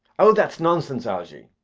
oh, that's nonsense, algy.